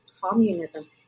communism